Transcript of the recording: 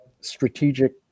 strategic